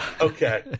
Okay